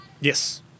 Yes